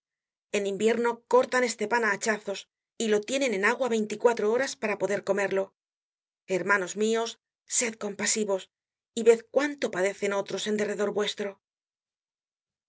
en invierno cortan este pan á hachazos y lo tienen en agua veinticuatro horas para poder comerlo hermanos mios sed compasivos y ved cuánto padecen otros en derredor vuestro